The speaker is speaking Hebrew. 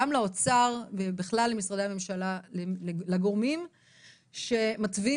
גם לאוצר ובכלל למשרדי הממשלה - לגורמים שמתווים